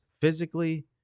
physically